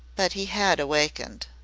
but he had awakened.